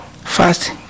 First